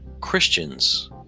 ...Christians